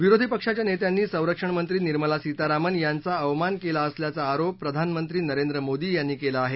विरोधी पक्षाच्या नेत्यांनी संरक्षणमंत्री निर्मला सीतारामन यांचा अवमान केला असल्याचा आरोप प्रधानमंत्री नरेंद्र मोदी यांनी केला आहे